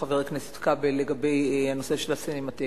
חבר הכנסת כבל שאל שאלה.